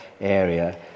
area